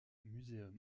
museum